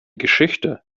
geschichte